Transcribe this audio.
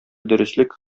дөреслек